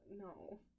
no